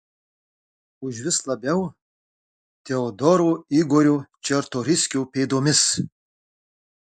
užvis labiau teodoro igorio čartoriskio pėdomis